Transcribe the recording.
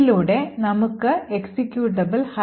ഇതിലൂടെ നമുക്ക് executable hello